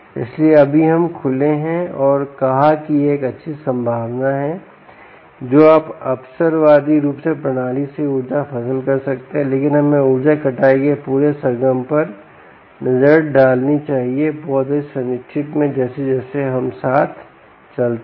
इसलिए हम अभी खुले हैं और कहा कि यह एक अच्छी संभावना है जो आप अवसरवादी रूप से प्रणाली से ही ऊर्जा फसल कर सकते हैं लेकिन हमें ऊर्जा की कटाई के पूरे सरगम पर नजर डालनी चाहिए बहुत अधिक संरचित में जैसे जैसे हम साथ चलते हैं